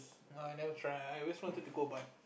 oh I never try I always wanted to go but